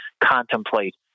contemplate